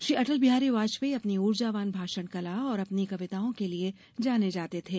श्री अटल बिहारी वाजपेयी अपनी ऊर्जावान भाषण कला और अपनी कविताओं के लिए जाने जाते थे